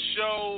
Show